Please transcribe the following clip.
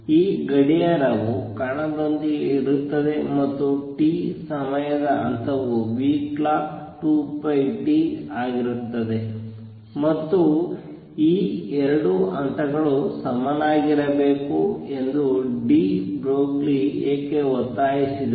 ಈ ಗಡಿಯಾರವು ಕಣದೊಂದಿಗೆ ಇರುತ್ತದೆ ಮತ್ತು t ಸಮಯದ ಹಂತವು clock2πt ಆಗಿರುತ್ತದೆ ಮತ್ತು ಈ 2 ಹಂತಗಳು ಸಮನಾಗಿರಬೇಕು ಎಂದು ಡಿ ಬ್ರೊಗ್ಲಿ ಏಕೆ ಒತ್ತಾಯಿಸಿದರು